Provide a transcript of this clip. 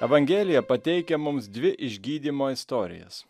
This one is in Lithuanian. evangelija pateikia mums dvi išgydymo istorijas